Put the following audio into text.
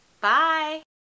Bye